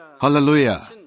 Hallelujah